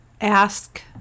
ask